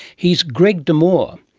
he's greg de moore.